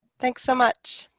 thanks so much